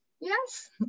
Yes